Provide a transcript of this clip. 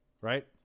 right